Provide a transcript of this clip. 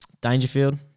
Dangerfield